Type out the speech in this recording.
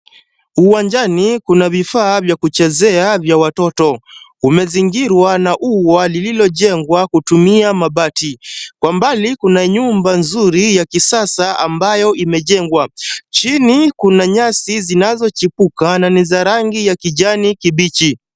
Uwanjani kuna vifaa vya kuchezea vya watoto. Umezigirwa na ua lililojengwa kutumia mabati. Kwa mbali kuna nyumba nzuri ya kisasa ambayo imejengwa. Chini kuna nyasi zinazochipuka na ni za rangi ya kijani kibichi.